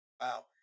Wow